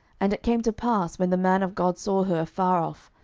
and it came to pass, when the man of god saw her afar off,